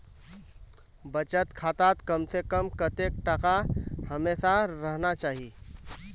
बचत खातात कम से कम कतेक टका हमेशा रहना चही?